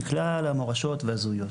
מכלל המורשות והזהויות,